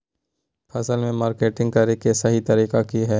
फसल के मार्केटिंग करें कि सही तरीका की हय?